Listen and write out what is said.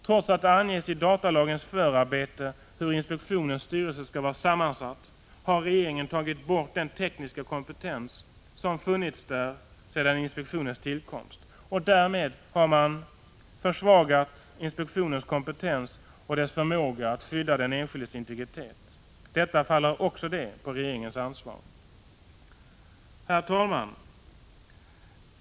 Trots att det anges i förarbetena till datalagen hur inspektionens styrelse skall vara sammansatt har regeringen tagit bort den tekniska kompetens som funnits där sedan inspektionens tillkomst. Därigenom har man försvagat inspektionens kompetens och dess förmåga att skydda den enskildes integritet. Också detta faller på regeringens ansvar. Herr talman!